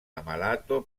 ammalato